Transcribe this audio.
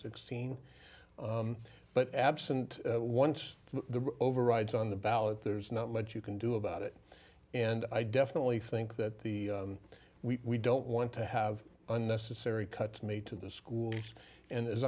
sixteen but absent once the overrides on the ballot there's not much you can do about it and i definitely think that the we don't want to have unnecessary cuts made to the school and as